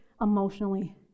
emotionally